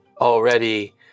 already